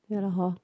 ya lor hor